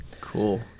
Cool